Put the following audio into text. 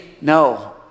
no